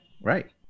right